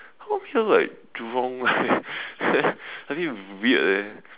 how come here look like Jurong like a bit weird eh